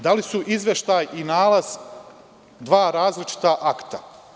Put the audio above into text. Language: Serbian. Da li su izveštaj i nalaz dva različita akta?